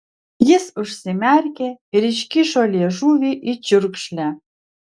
jis užsimerkė ir iškišo liežuvį į čiurkšlę